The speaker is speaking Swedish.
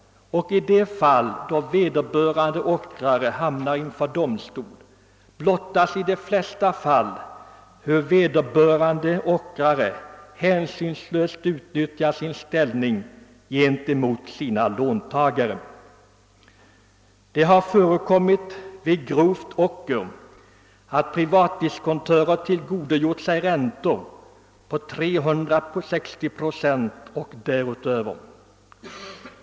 Och när en ockrare hamnar inför domstol blottas oftast hur vederbörande hänsynslöst utnyttjat sin ställning gentemot sina låntagare. Det har vid grovt ocker förekommit att privatdiskontörer tillgodogjort sig räntor på 360 procent och däröver.